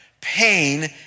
pain